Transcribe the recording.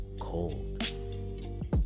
Cold